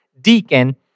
deacon